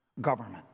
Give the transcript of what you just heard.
government